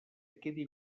quedi